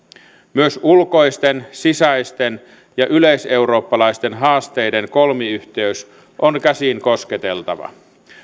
myös ulkoisten sisäisten ja yleiseurooppalaisten haasteiden kolmiyhteys on käsinkosketeltava